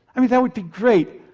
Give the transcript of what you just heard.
i mean that would be great.